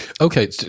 Okay